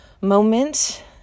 moment